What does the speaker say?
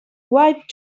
wide